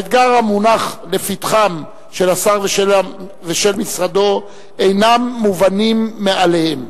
האתגר המונח לפתחם של השר ושל משרדו אינו מובן מאליו.